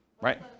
right